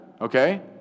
okay